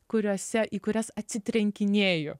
kuriose į kurias atsitrenkinėju